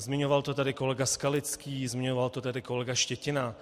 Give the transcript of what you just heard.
Zmiňoval to tady kolega Skalický, zmiňoval to tady kolega Štětina.